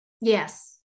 Yes